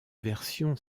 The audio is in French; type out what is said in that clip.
version